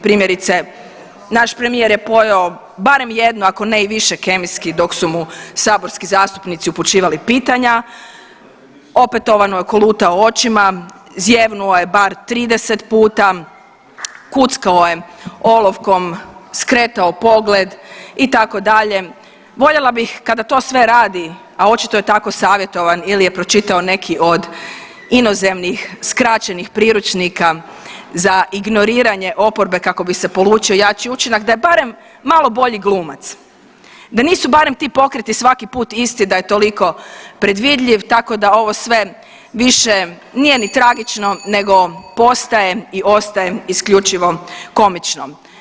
Primjerice naš premijer je pojeo bar jednu ako ne i više kemijskih dok su mu saborski zastupnici upućivali pitanja opetovano je kolutao očima, zijevnuo je bar 30 puta, kuckao je olovkom, skretao pogled itd. voljela bih kada to sve radi, a očito je tako savjetovan ili je pročitao neki od inozemnih skraćenih priručnika za ignoriranje oporbe kako bi se polučio jaču učinka, da je barem malo bolji glumac, da nisu barem ti pokreti svaki put isti da je toliko predvidljiv tako da ovo sve više nije ni tragično nego postaje i ostaje isključivo komičnom.